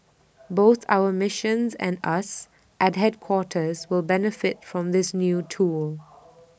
both our missions and us at headquarters will benefit from this new tool